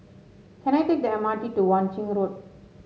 can I take the M R T to Wang Ching Road